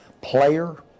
player